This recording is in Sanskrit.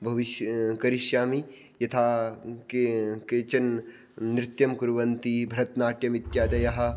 भविष्ये करिष्यामि यथा के केचन नृत्यं कुर्वन्ति भरतनाट्यम् इत्यादयः